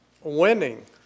winning